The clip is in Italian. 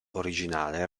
originale